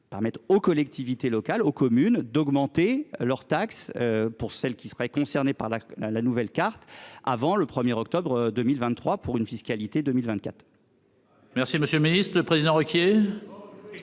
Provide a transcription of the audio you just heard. permettent aux collectivités locales aux communes d'augmenter leurs taxes. Pour celles qui seraient concernés par la, la nouvelle carte avant le premier octobre 2023 pour une fiscalité 2024. Merci, monsieur le Ministre, le président Roquier.